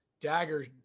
dagger